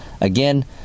again